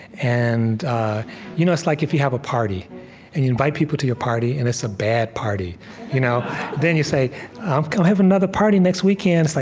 and you know it's like if you have a party, and you invite people to your party, and it's a bad party you know then you say, i'm going to have another party next weekend. it's like,